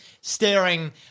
staring